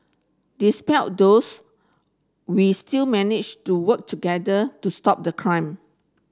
despite those we still managed to work together to stop the crime